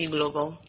Global